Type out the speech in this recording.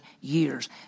years